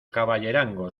caballerangos